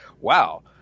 Wow